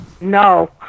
No